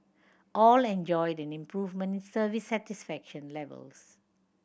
all enjoyed an improvement in service satisfaction levels